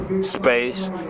space